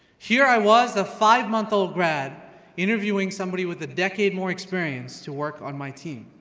here i was a five month old grad interviewing somebody with a decade more experience to work on my team,